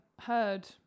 heard